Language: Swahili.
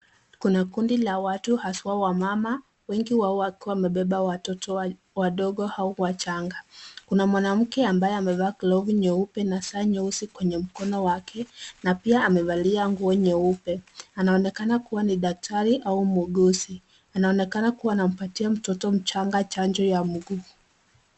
Kuna kundi la watu haswa wamama wengi wao wakiwa wamebeba watoto wadogo au wachanga. Kuna mwanamke ambaye amevaa glovu nyeupe na saa nyeusi kwenye mkono wake na pia amevalia nguo nyeupe. Anaonekana kuwa ni daktari au muuguzi. Anaonekana kuwa anampatia mtoto mchanga chanjo ya mguu.